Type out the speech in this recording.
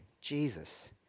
Jesus